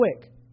quick